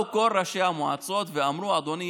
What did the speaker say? באו כל ראשי המועצות ואמרו: אדוני,